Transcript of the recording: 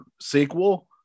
sequel